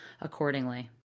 accordingly